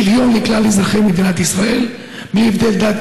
שוויון לאזרחי מדינת ישראל בלי הבדלי דת,